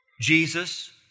Jesus